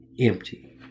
empty